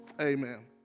Amen